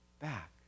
back